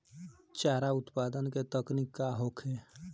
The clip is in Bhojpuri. चारा उत्पादन के तकनीक का होखे?